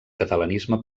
catalanisme